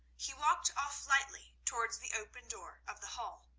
he walked off lightly towards the open door of the hall.